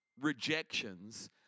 rejections